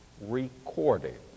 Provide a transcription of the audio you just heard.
recorded